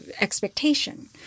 expectation